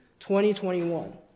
2021